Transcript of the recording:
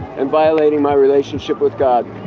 and violating my relationship with god.